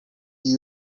you